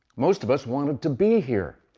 most of us wanted to be here.